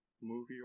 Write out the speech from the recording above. movie